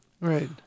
Right